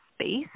space